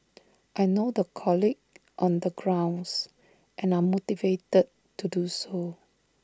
I know the colleagues on the grounds and are motivated to do so